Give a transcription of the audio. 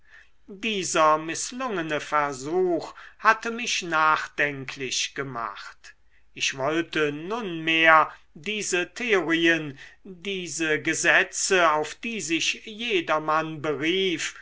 dieser mißlungene versuch hatte mich nachdenklich gemacht und ich wollte nunmehr diese theorien diese gesetze auf die sich jedermann berief